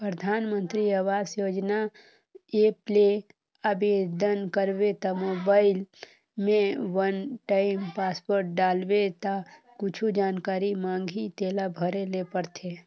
परधानमंतरी आवास योजना ऐप ले आबेदन करबे त मोबईल में वन टाइम पासवर्ड डालबे ता कुछु जानकारी मांगही तेला भरे ले परथे